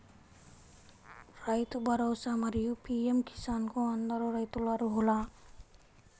రైతు భరోసా, మరియు పీ.ఎం కిసాన్ కు అందరు రైతులు అర్హులా?